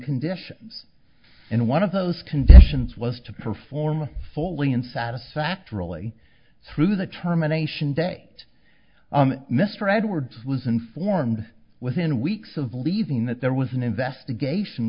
conditions and one of those conditions was to perform fully and satisfactorily through the terminations day mr edwards was informed within weeks of leaving that there was an investigation